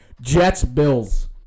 Jets-Bills